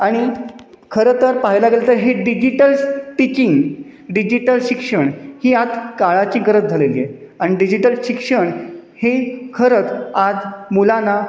आणि खरं तर पाहिलं गेलं तर हे डिजिटल टिचिंग डिजिटल शिक्षण ही आज काळाची गरज झालेली आहे आणि डिजिटल शिक्षण हे खरंच आज मुलांना